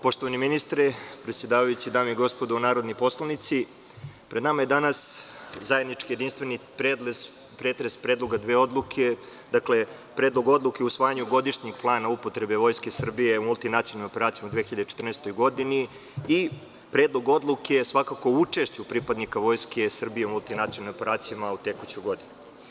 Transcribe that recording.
Poštovani ministre, predsedavajući, dame i gospodo narodni poslanici, pred nama je danas zajednički jedinstveni pretres predloga dve odluke, dakle, Predlog odluke o usvajanju godišnjeg plana upotrebe Vojske Srbije u multinacionalnim operacijama u 2014. godini i Predlog odluke o učešću pripadnika Vojske Srbije u multinacionalnim operacijama u tekućoj godini.